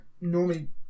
normally